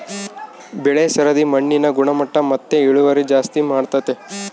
ಬೆಳೆ ಸರದಿ ಮಣ್ಣಿನ ಗುಣಮಟ್ಟ ಮತ್ತೆ ಇಳುವರಿ ಜಾಸ್ತಿ ಮಾಡ್ತತೆ